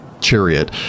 chariot